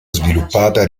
sviluppata